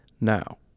now